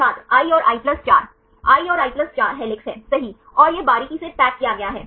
छात्र i और i 4 i और i 4 हेलिक्स है सही और यह बारीकी से पैक किया गया है